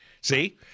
See